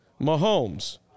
Mahomes